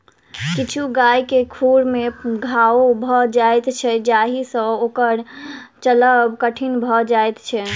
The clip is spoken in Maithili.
किछु गाय के खुर मे घाओ भ जाइत छै जाहि सँ ओकर चलब कठिन भ जाइत छै